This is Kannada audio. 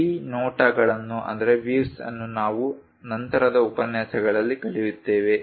ಈ ನೋಟಗಳನ್ನು ನಾವು ನಂತರದ ಉಪನ್ಯಾಸಗಳಲ್ಲಿ ಕಲಿಯುತ್ತೇವೆ